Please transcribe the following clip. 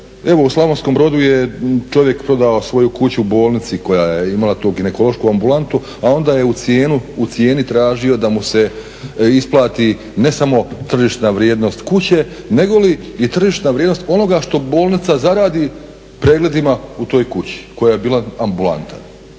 u Slavonskom Brodu je čovjek prodao svoju kuću bolnici koja je imala tu ginekološku ambulantu, a onda je u cijeni tražio da mu se isplati ne samo tržišna vrijednost kuće, nego li i tržišna vrijednost onoga što bolnica zaradi pregledima u toj kući koja je bila ambulanta,